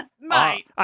Mate